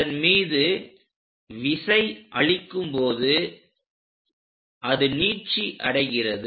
அதன் மீது விசை அளிக்கும் போது அது நீட்சி அடைகிறது